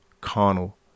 carnal